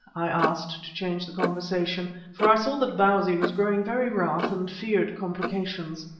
i asked, to change the conversation, for i saw that bausi was growing very wrath and feared complications.